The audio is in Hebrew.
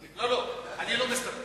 לא, אני לא מסתפק.